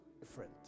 different